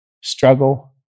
struggle